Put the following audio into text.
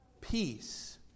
peace